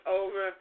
over